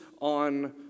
on